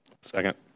Second